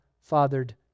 fathered